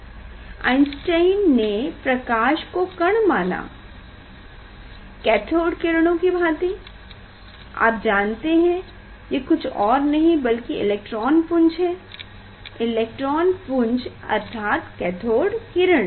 Einstein ने प्रकाश को कण माना कैथोड़ किरणों कि भाँति आप जानते हैं ये कुछ और नहीं बल्कि इलेक्ट्रॉन पूंज होते हैं इलेक्ट्रॉन पुंज अर्थात कैथोड किरण